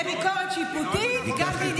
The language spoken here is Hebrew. לביקורת שיפוטית, גם בענייני בחירות.